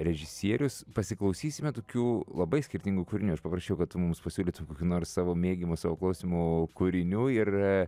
režisierius pasiklausysime tokių labai skirtingų kūrinių aš paprašiau kad tu mums pasiūlytum kokių nors savo mėgiamų savo klausimų kūrinių ir